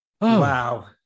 Wow